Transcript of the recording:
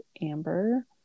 Amber